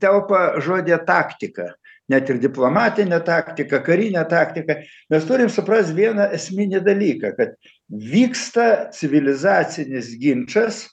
telpa žodyje taktika net ir diplomatinė taktika karinė taktika mes turim suprast vieną esminį dalyką kad vyksta civilizacinis ginčas